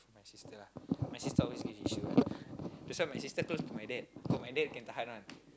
my sister ah my sister always have issue one that's why my sister close to my dad cause my dad can tahan one